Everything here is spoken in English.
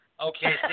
okay